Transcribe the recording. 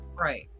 Right